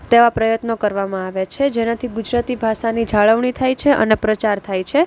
તેવા પ્રયત્નો કરવામાં આવે છે જેનાથી ગુજરાતી ભાષાની જાળવણી થાય છે અને પ્રચાર થાય છે